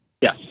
Yes